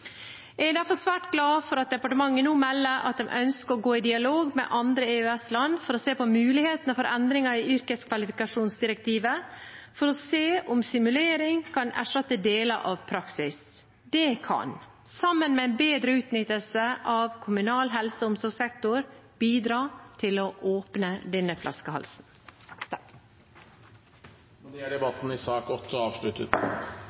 Jeg er derfor svært glad for at departementet nå melder at en ønsker å gå i dialog med andre EØS-land for å se på mulighetene for endring i yrkeskvalifikasjonsdirektivet, for å se om simulering kan erstatte deler av praksis. Det kan, sammen med en bedre utnyttelse av kommunal helse- og omsorgssektor, bidra til å åpne denne flaskehalsen.